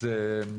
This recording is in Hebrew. אדוני.